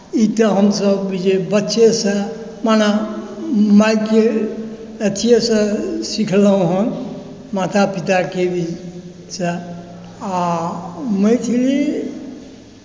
ई तऽ हमसभ बच्चेसँ मने मायके अथीएसँ सिखलहुँ हँ माता पिताके भी सँ आओर मैथिली